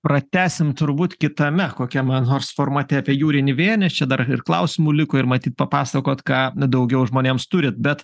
pratęsim turbūt kitame kokiame nors formate apie jūrinį vėją nes čia dar ir klausimų liko ir matyt papasakot ką daugiau žmonėms turit bet